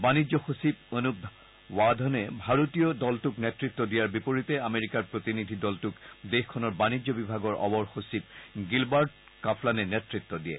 বাণিজ্য সচিব অনুপ বাধনে ভাৰতীয় দলটোক নেত্ৰত্ব দিয়াৰ বিপৰীতে আমেৰিকাৰ ত্ৰতিনিধি দলটোক দেশখনৰ বাণিজ্য বিভাগৰ অবৰ সচিব গিলবাৰ্ট কাপলানে নেতৃত্ব দিয়ে